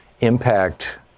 impact